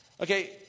Okay